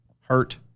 hurt